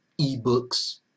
ebooks